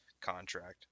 contract